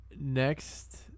next